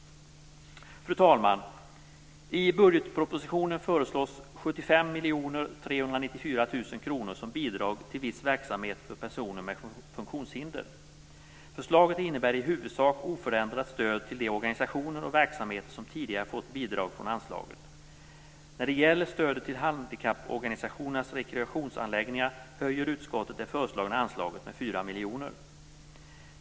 Fru talman! I budgetpropositionen föreslås När det gäller stödet till handikapporganisationernas rekreationsanläggningar höjer utskottet anslagsposten med 4 miljoner.